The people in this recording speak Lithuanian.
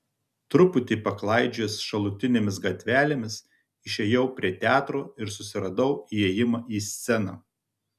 truputį paklaidžiojęs šalutinėmis gatvelėmis išėjau prie teatro ir susiradau įėjimą į sceną